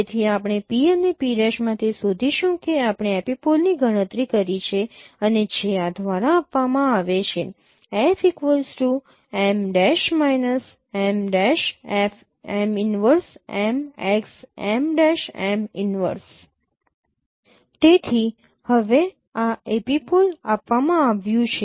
તેથી આપણે P અને P' માંથી શોધીશું કે આપણે એપિપોલની ગણતરી કરી છે અને જે આ દ્વારા આપવામાં આવે છે તેથી હવે આ એપિપોલ આપવામાં આવ્યું છે